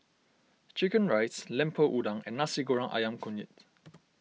Chicken Rice Lemper Udang and Nasi Goreng Ayam Kunyit